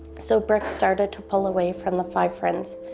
so brooke started to pull away from the five friends,